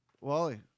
Wally